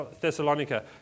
Thessalonica